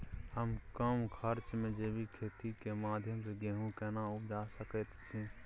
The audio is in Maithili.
हम कम खर्च में जैविक खेती के माध्यम से गेहूं केना उपजा सकेत छी?